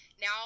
now